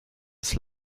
ist